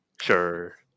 Sure